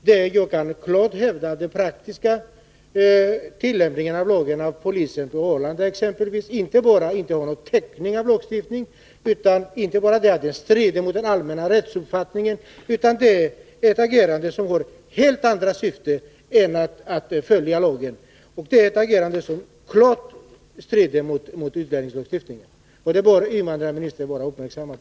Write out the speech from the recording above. Jag kan klart hävda att det sätt som lagen praktiskt tillämpas på av t.ex. polisen på Arlanda inte bara saknar täckning i lagstiftningen och strider mot den allmänna rättsuppfattningen utan också har helt andra syften än att följa lagen. Det är ett agerande som klart strider mot utlänningslagstiftningen. Och detta bör invandrarministern vara uppmärksam på.